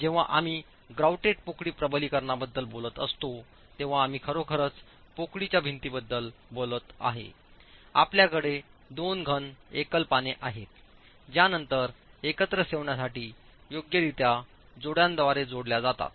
जेव्हा आम्ही ग्राउटेड पोकळी प्रबलितकरणाबद्दल बोलत असतो तेव्हा आम्हीखरोखरचपोकळीच्या भिंतींबद्दलबोलत आहे आपल्याकडे दोन घन एकल पाने आहेत ज्या नंतर एकत्र ठेवण्यासाठी योग्यरित्या जोड्यांद्वारे जोडल्या जातात